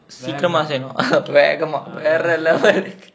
வேகமா:vaegamaa